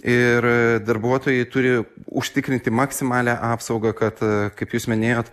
ir darbuotojai turi užtikrinti maksimalią apsaugą kad kaip jūs minėjot